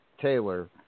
Taylor